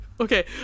Okay